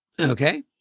Okay